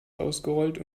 ausgerollt